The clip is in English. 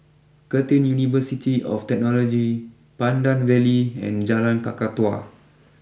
Curtin University of Technology Pandan Valley and Jalan Kakatua